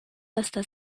hasta